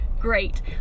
great